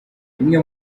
imwe